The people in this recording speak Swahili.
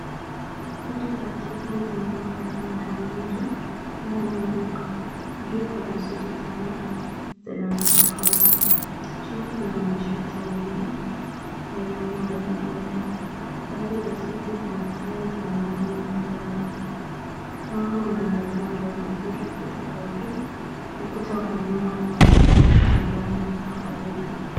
Suti za kiume zimepangwa kwenye hangiri, ndani ya duka. Juu kuna suti tano za rangi tofauti. Chini kuna mashati miingi ya rangi mbalimbali. Baadhi za suti zina tai zenye rangi angavu. Mwanga unaangazia nguo vizuri kutoka juu, ukuta wa nyuma unaonekana kuwa na rangi wa kahawia.